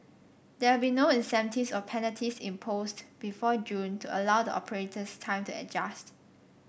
there will be no incentives or penalties imposed before June to allow the operators time to adjust